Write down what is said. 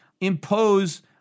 impose